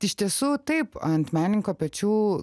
iš tiesų taip ant menininko pečių